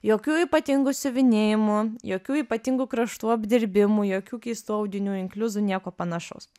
jokių ypatingų siuvinėjimų jokių ypatingų kraštų apdirbimui jokių keistų audinių inkliuzų nieko panašaus